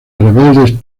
rebeldes